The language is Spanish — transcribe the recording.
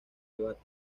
debate